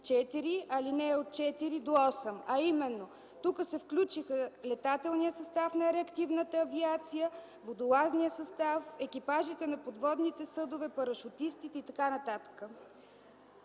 4, алинеи от 4 до 8. Тук се включиха летателният състав на реактивната авиация, водолазният състав, екипажите на подводните съдове, парашутистите и т.н.